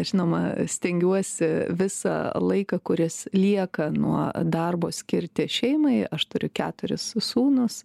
žinoma stengiuosi visą laiką kuris lieka nuo darbo skirti šeimai aš turiu keturis sūnus